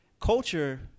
culture